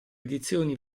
edizioni